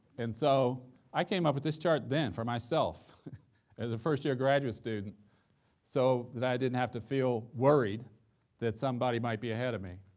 and so i came up with this chart then for myself as a first-year graduate student so that i didn't have to feel worried that somebody might be ahead of me,